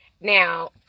Now